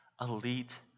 elite